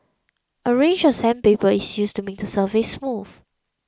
a range of sandpaper is used to make surface smooth